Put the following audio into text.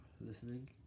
listening